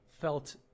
felt